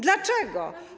Dlaczego?